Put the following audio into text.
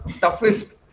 toughest